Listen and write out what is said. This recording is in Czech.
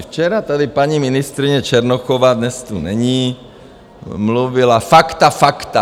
Včera tady paní ministryně Černochová dnes tu není mluvila: fakta, fakta.